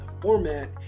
format